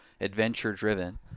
adventure-driven